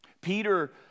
Peter